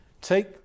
Take